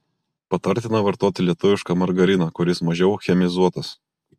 patartina vartoti lietuvišką margariną kuris mažiau chemizuotas